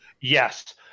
Yes